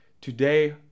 today